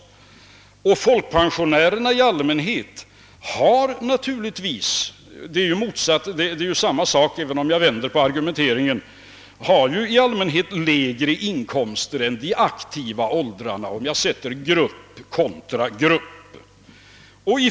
Om man vänder på argumenteringen kan man säga att folkpensionärerna i allmänhet har lägre inkomster än personer i de aktiva åldrarna, om jag sätter grupp kontra grupp.